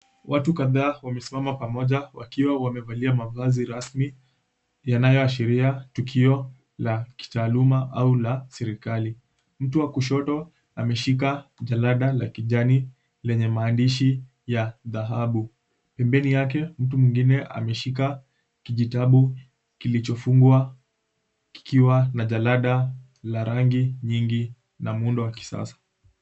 Watu kadhaa wamesimama pamoja wakiwa wamevalia mavazi rasmi, yanayoashiria tukio la kitaaluma au la serikali. Mtu wa kushoto ameshika jalada la kijani lenye maandishi ya dhahabu. Pembeni yake, mtu mwingine ameshika kijitabu kilichofungwa kikiwa na jalada la rangi nyingi na muundo wa kisasa.